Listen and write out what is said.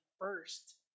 first